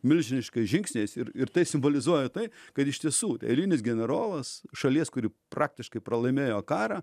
milžiniškais žingsniais ir ir tai simbolizuoja tai kad iš tiesų eilinis generolas šalies kuri praktiškai pralaimėjo karą